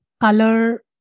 color